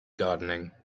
gardening